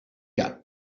yeah